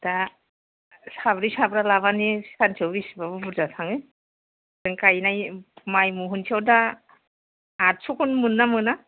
दा साब्रै साबा लाबानो सानसेआव बेसेबांबा बुरजा थाङो ओजों गायनाय माइ मह'नसेआव दा आदस'खौनो मोनोना मोना